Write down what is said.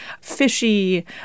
fishy